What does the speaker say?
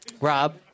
Rob